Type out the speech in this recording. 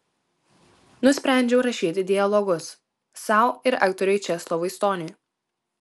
nusprendžiau rašyti dialogus sau ir aktoriui česlovui stoniui